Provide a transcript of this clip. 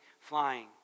flying